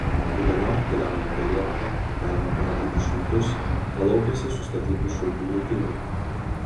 rudeniop keliaujant per lietuvą galima pamatyti šimtus palaukėse sustatytų šiaudų ritinių